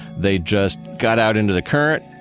they just got out into the current,